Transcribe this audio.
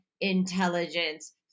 intelligence